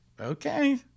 Okay